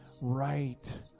right